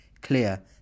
clear